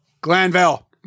Glanville